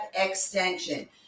extension